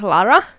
Lara